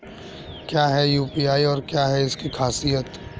क्या है यू.पी.आई और क्या है इसकी खासियत?